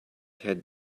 had